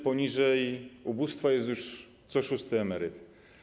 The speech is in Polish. Poniżej progu ubóstwa jest już co szósty emeryt.